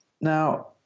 Now